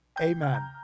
Amen